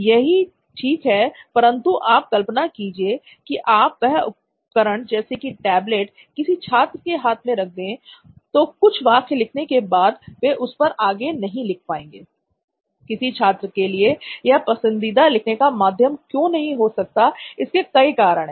यह ठीक है परंतु आप कल्पना कीजिए कि आप यह उपकरण जैसे की टेबलेट किसी छात्र के हाथ में रख दें तो कुछ वाक्य लिखने के बाद वे उस पर आगे नहीं लिख पाएंगे l किसी छात्र के लिए यह पसंदीदा लिखने का माध्यम क्यों नहीं हो सकता इसके कई कारण हैं